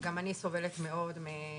גם אני סובלת מאוד מהכול.